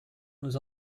nous